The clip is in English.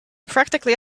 practically